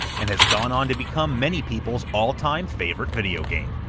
and has gone on to become many people's all-time favorite video game.